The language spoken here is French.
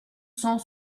cent